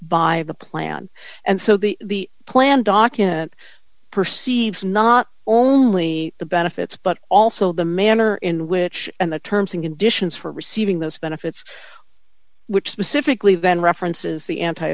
by the plan and so the plan document perceives not only the benefits but also the manner in which and the terms and conditions for receiving those benefits which specifically then references the anti